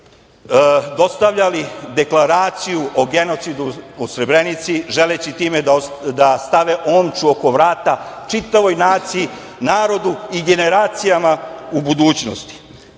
dostavljali deklaraciju o genocidu u Srebrenici, želeći time da stave omču oko vrata čitavoj naciji, narodu i generacijama u budućnosti.